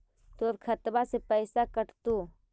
तोर खतबा से पैसा कटतो?